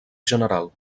general